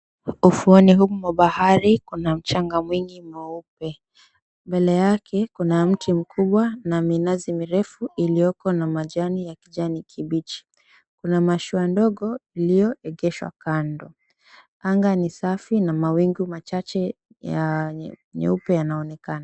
Ufuoni huku bahari kuna mchanga mwingi mweupe. Mbele yake kuna mti mkubwa na minazi mirefu iliyoko na majani ya kijani kibichi. Kuna mashua ndogo iliyoegeshwa kando. Anga ni safi na mawingu machache ya nyeupe yanaonekana.